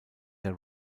der